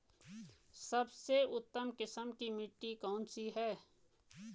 सबसे उत्तम किस्म की मिट्टी कौन सी है?